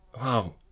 Wow